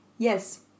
Yes